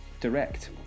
Direct